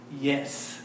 yes